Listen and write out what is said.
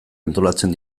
antolatzen